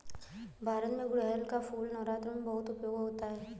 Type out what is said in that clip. भारत में गुड़हल का फूल नवरात्र में बहुत उपयोग होता है